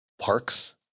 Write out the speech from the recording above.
Parks